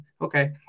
okay